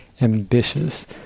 ambitious